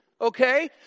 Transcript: okay